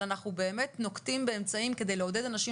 אלא אנחנו באמת נוקטים באמצעים כדי לעודד אנשים